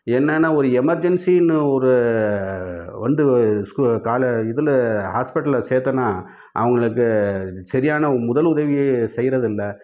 என்னன்னால் ஒரு எமர்ஜென்ஸினு ஒரு வந்து இவ் ஸ்கூ காலே இதில் ஹாஸ்பெட்டலில் சேர்த்தோனா அவங்களுக்கு சரியான முதல் உதவியே செய்கிறது இல்லை